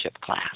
class